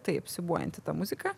taip siūbuojanti ta muzika